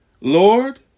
Lord